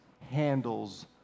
handles